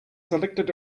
selected